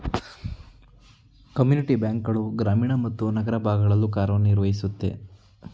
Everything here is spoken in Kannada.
ಕಮ್ಯುನಿಟಿ ಬ್ಯಾಂಕ್ ಗಳು ಗ್ರಾಮೀಣ ಮತ್ತು ನಗರ ಭಾಗಗಳಲ್ಲೂ ಕಾರ್ಯನಿರ್ವಹಿಸುತ್ತೆ